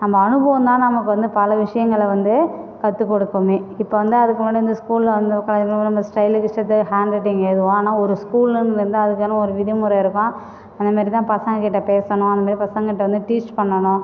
அந்த அனுபவந்தான் நமக்கு வந்து பல விஷயங்களை வந்து கற்றுக் கொடுக்குமே இப்போது வந்து அதுக்கு முன்னாடி இந்த ஸ்கூலில் வந்து உட்காந்து இருக்கவங்க நம்ம ஸ்டைலுக்கு இஷ்டத்துக்கு ஹேண்ட் ரைட்டிங் எழுதுவோம் ஆனால் ஒரு ஸ்கூலுன்னு இருந்தால் அதுக்கான ஒரு விதிமுறை இருக்கும் அந்தமாரி தான் பசங்ககிட்டே பேசணும் அந்தமாரி பசங்ககிட்டேயிருந்து டீச் பண்ணனும்